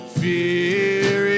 fear